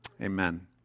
amen